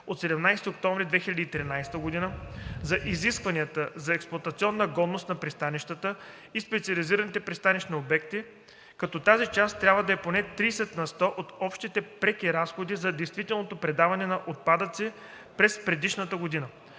от 17 октомври 2013 г. за изискванията за експлоатационна годност на пристанищата и специализираните пристанищни обекти, като тази част трябва да е поне 30 на сто от общите преки разходи за действителното предаване на отпадъци през предишната година;